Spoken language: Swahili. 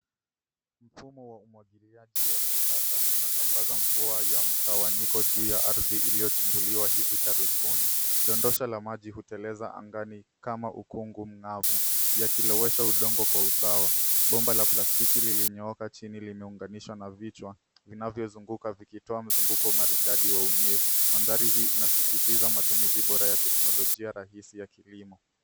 Mfumo wa umwagiliaji wa kisasa, una sambaza mvua ya mtawanyiko juu ya ardhi iliyochimbuliwa hivi karibuni. Dondosha la maji huteleza angani kama ukungu mng'avu, yakilowesha udongo kwa usawa. Bomba la plastiki lililonyooka chini limeunganishwa na vichwa, vinavyozunguka vikitoa mzunguko maridadi wa unyevu. Mandhari hii inasisitiza matumizi bora ya teknolojia rahisi ya kilimo.